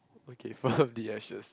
okay from the ashes